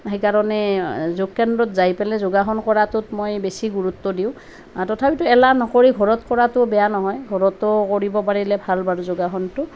সেইকাৰণে যোগ কেন্দ্ৰত যায় পেলাই যোগাসন কৰাটোত মই বেছি গুৰুত্ব দিওঁ তথাপিতো এলাহ নকৰি ঘৰত কৰাটোও বেয়া নহয় ঘৰটো কৰিব পাৰিলে ভাল বাৰু যোগাসনটো